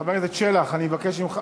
חבר הכנסת שלח, אני מבקש ממך.